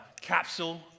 capsule